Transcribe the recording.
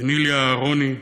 ונילי אהרוני,